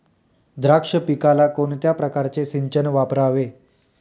द्राक्ष पिकाला कोणत्या प्रकारचे सिंचन वापरावे?